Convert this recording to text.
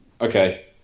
Okay